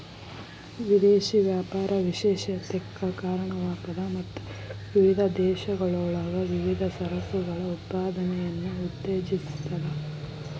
ವಿದೇಶಿ ವ್ಯಾಪಾರ ವಿಶೇಷತೆಕ್ಕ ಕಾರಣವಾಗ್ತದ ಮತ್ತ ವಿವಿಧ ದೇಶಗಳೊಳಗ ವಿವಿಧ ಸರಕುಗಳ ಉತ್ಪಾದನೆಯನ್ನ ಉತ್ತೇಜಿಸ್ತದ